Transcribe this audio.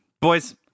Boys